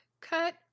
cut